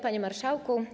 Panie Marszałku!